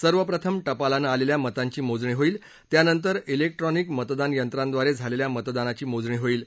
सर्वप्रथम टपालानं आलेल्या मतांची मोजणी होईल त्यानंतर इलेक्ट्रॉनिक मतदान यंत्राद्वारे झालेल्या मतदानाची मोजणी होईल